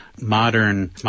modern